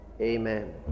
amen